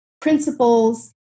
principles